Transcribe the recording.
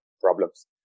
problems